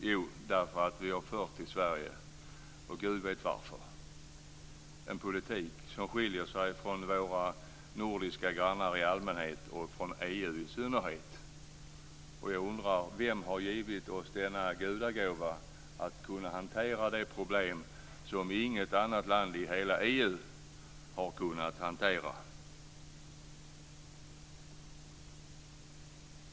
Jo, därför att vi i Sverige har fört - och Gud vet varför - en politik som skiljer sig från våra nordiska grannars i allmänhet och från EU:s i synnerhet. Jag undrar vem som har givit oss denna gudagåva att kunna hantera det problem som inget annat land i hela EU har kunnat hantera.